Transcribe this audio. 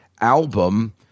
album